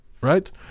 Right